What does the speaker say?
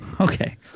Okay